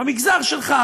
במגזר שלך,